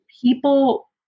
people